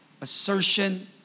assertion